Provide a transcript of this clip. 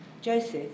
Joseph